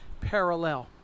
parallel